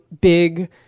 big